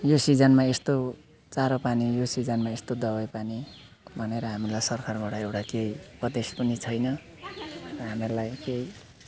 यो सिजनमा यस्तो चारापानी यो सिजनमा यस्तो दबाईपानी भनेर हामीलाई सरकारबाट एउटा केही उपदेश पनि छैन हामीहरूलाई केही